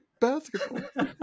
basketball